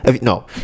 No